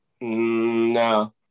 No